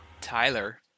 Tyler